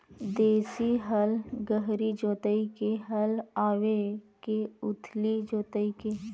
देशी हल गहरी जोताई के हल आवे के उथली जोताई के?